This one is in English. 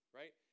right